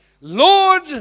Lord